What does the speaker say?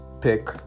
pick